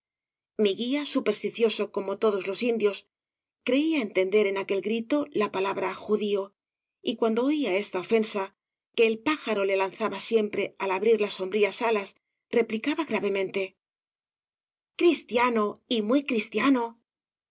mi guía supersticioso como todos los indios creía entender en aquel grito la palabra judío y cuando oía esta ofensa que el pájaro le lanzaba siempre al abrir las sombrías alas replicaba gravemente cristiano y muy cristiano